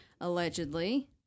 Allegedly